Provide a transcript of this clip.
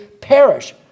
perish